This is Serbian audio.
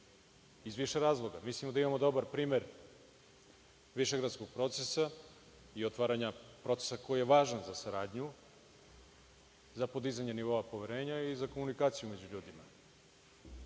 iz više razloga. Mislimo da imamo dobar primer višegradskog procesa i otvaranja procesa koji je važan za saradnju za podizanje nivoa poverenja i za komunikaciju među ljudima.